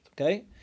okay